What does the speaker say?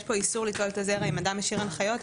יש פה איסור ליטול את הזרע אם אדם השאיר הנחיות.